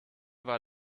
war